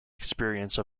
experience